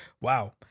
wow